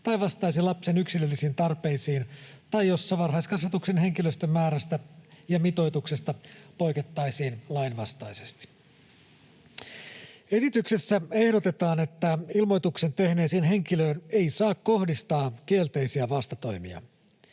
vastaisi lapsen yksilöllisiin tarpeisiin tai jos varhaiskasvatuksen henkilöstön määrästä ja mitoituksesta poikettaisiin lainvastaisesti. Esityksessä ehdotetaan, että ilmoituksen tehneeseen henkilöön ei saa kohdistaa kielteisiä vastatoimia.